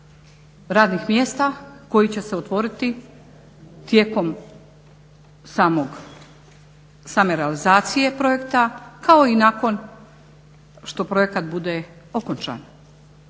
radnih mjesta koja će se otvoriti tijekom same realizacije projekta, kao i nakon što projekat bude okončan.